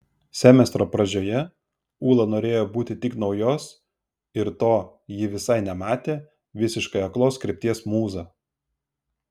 semestro pradžioje ūla norėjo būti tik naujos ir to ji visai nematė visiškai aklos krypties mūza